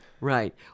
Right